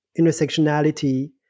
intersectionality